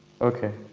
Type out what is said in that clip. Okay